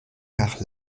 nach